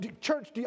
Church